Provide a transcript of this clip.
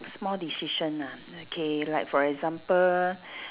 small decision ah okay like for example